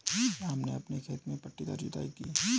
राम ने अपने खेत में पट्टीदार जुताई की